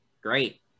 Great